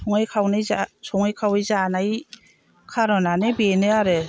सङै खावै जानाय खार'नानो बेनो आरो